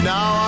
Now